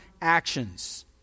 actions